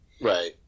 Right